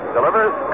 Delivers